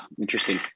interesting